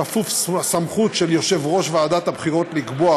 כפוף לסמכות של יושב-ראש ועדת הבחירות לקבוע